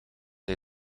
hij